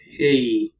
Hey